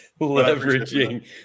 Leveraging